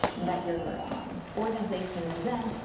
that your organization is in,